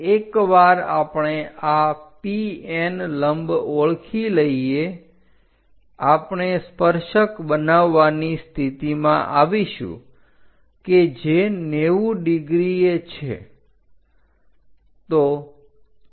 એકવાર આપણે આ PN લંબ ઓળખી લઈએ આપણે સ્પર્શક બનાવવાની સ્થિતિમાં આવીશું કે જે 90° એ છે